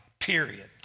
period